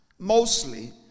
Mostly